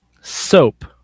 Soap